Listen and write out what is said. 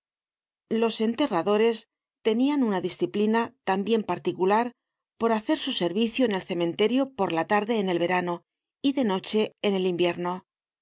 los enterradores tenían una disciplina tambien particular por bacer su servicio en el cementerio por la tarde en el verano y de noche en el invierno